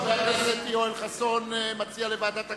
חבר הכנסת יואל חסון מציע לוועדת הכספים.